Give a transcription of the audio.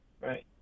right